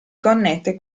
connette